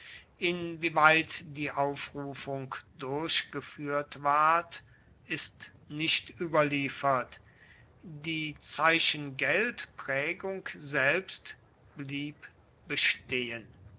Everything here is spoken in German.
inwieweit die aufrufung durchgeführt ward ist nicht überliefert die zeichengeldprägung selbst blieb bestehen